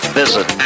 visit